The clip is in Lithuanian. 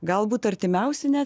galbūt artimiausi net